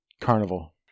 carnival